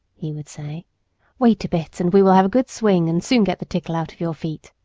he would say wait a bit, and we will have a good swing, and soon get the tickle out of your feet.